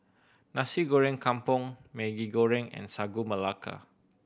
Nasi Goreng Kampung Maggi Goreng and Sagu Melaka